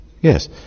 yes